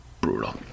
brutal